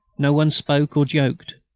no one spoke or joked.